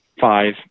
five